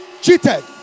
cheated